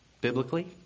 biblically